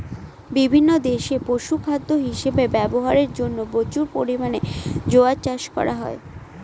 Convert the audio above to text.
বিভিন্ন দেশে পশুখাদ্য হিসাবে ব্যবহারের জন্য প্রচুর পরিমাণে জোয়ার চাষ করা হয়